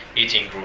eating